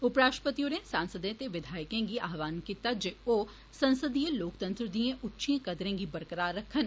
उपराश्ट्रपति होरे सांसदे ते विधायके गी आह्वान कीता ऐ जे ओह् संसदीय लोकतंत्र दिएं उच्चिएं कदरें गी बरकरार रखना